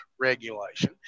regulation